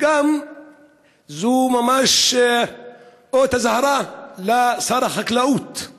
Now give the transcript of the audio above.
וגם זה ממש אות אזהרה לשר החקלאות,